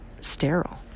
sterile